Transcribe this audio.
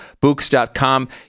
Books.com